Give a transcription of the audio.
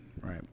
Right